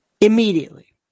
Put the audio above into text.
immediately